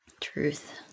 Truth